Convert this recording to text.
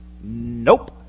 Nope